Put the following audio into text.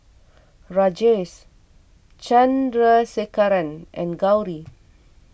Rajesh Chandrasekaran and Gauri